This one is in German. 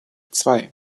zwei